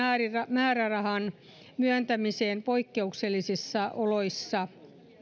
määrärahan myöntämiseen poikkeuksellisissa oloissa